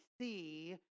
see